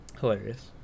Hilarious